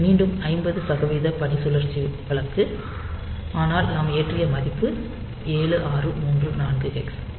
இது மீண்டும் 50 சதவீத பணிசுழற்சி வழக்கு ஆனால் நாம் ஏற்றிய மதிப்பு 7634 ஹெக்ஸ்